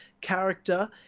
character